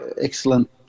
excellent